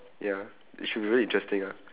ya it should be really interesting ah